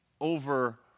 over